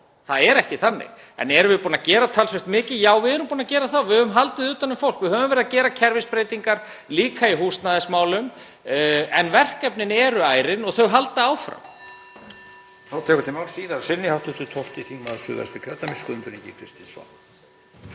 Það er ekki þannig. En erum við búin að gera talsvert mikið? Já, við erum búin að gera það. Við höfum haldið utan um fólk. Við höfum líka verið að gera kerfisbreytingar í húsnæðismálum en verkefnin eru ærin og þau halda áfram.